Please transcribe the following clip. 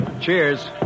Cheers